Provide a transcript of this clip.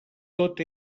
tot